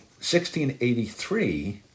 1683